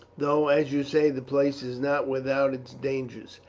though, as you say, the place is not without its dangers.